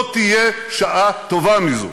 לא תהיה שעה טובה מזאת.